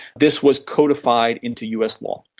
this was codified into us law,